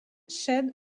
shed